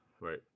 Right